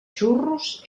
xurros